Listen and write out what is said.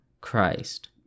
Christ